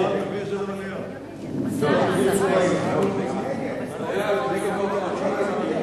ההצעה לכלול את הנושא בסדר-היום של הכנסת